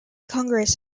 congress